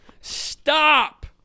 Stop